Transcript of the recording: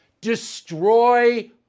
Destroy